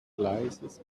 gleises